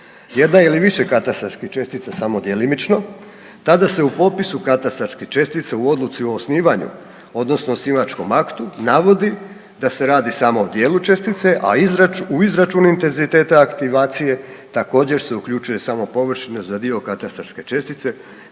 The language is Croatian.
jedna ili više katastarskih čestica samo djelimično tada se u popisu katastarskih čestica u odluci o osnivanju odnosno osnivačkom aktu navodi da se radi samo o dijelu čestice, a u izračunu intenziteta aktivacije također se uključuje samo površina za dio katastarske čestice